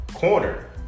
corner